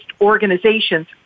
organizations